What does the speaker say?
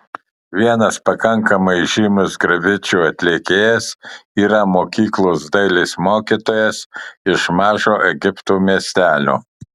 vienas pakankamai žymus grafičių atlikėjas yra mokyklos dailės mokytojas iš mažo egipto miestelio